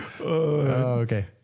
Okay